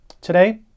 Today